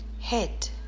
head